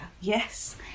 Yes